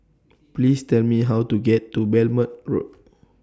Please Tell Me How to get to Belmont Road